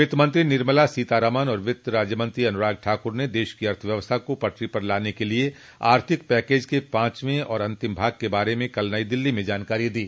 वित्तमंत्री निर्मला सीतारामन और वित्त राज्यमंत्री अनुराग ठाक़्र ने देश की अर्थव्यवस्था को पटरी पर लाने के लिए आर्थिक पैकेज के पांचवे और अंतिम भाग के बारे में कल नई दिल्ली में जानकारी दी